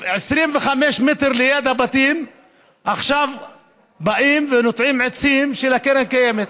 25 מטרים ליד הבתים עכשיו באים ונוטעים עצים של קרן הקיימת.